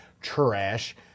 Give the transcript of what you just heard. Trash